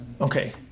okay